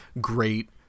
great